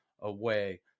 away